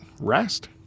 rest